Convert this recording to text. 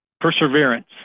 perseverance